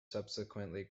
subsequently